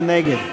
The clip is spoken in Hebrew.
מי נגד?